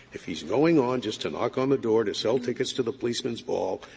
if he's going on just to knock on the door to sell tickets to the policeman's ball,